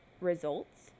results